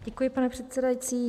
Děkuji, pane předsedající.